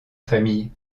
famille